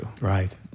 Right